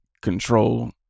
control